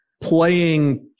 playing